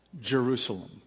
Jerusalem